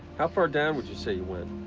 how far down would you say you went?